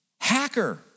hacker